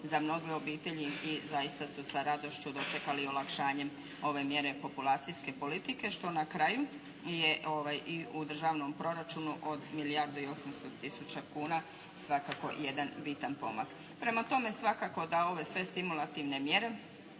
za mnoge obitelji, i zaista su sa radošću dočekali i olakšanjem ove mjere populacijske politike što na kraju je i u državnom proračunu od milijardu i 800 tisuća kuna svakako jedan bitan pomak. Prema tome, svakako da ove sve stimulativne mjere